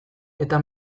eta